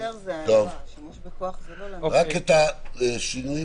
רק את השינויים,